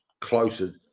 closer